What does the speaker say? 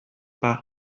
par